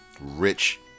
Rich